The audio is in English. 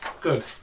Good